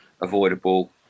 avoidable